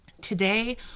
Today